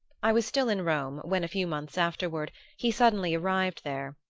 i was still in rome when, a few months afterward, he suddenly arrived there.